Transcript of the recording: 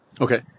Okay